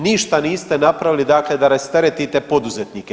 Ništa niste napravili dakle da rasteretite poduzetnike.